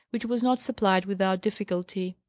which was not supplied without difficulty.